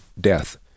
death